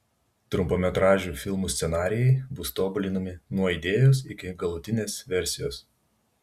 trumpametražių filmų scenarijai bus tobulinami nuo idėjos iki galutinės versijos